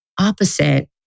opposite